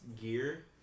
gear